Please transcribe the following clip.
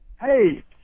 Hey